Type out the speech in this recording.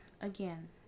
again